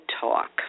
Talk